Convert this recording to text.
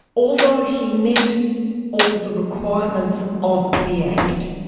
although he met all the requirements of the act,